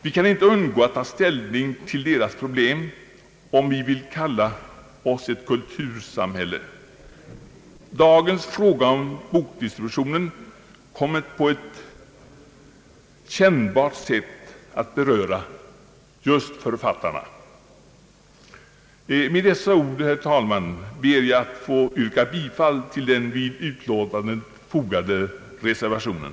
Vi kan inte undgå att ta ställning till deras problem, om vi vill kalla oss ett kultursamhälle. Dagens fråga om bokdistributionen kommer att på ett kännbart sätt även beröra författarna. Med dessa ord, herr talman, ber jag att få yrka bifall till den vid utlåtandet fogade reservationen.